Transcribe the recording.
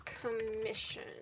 commission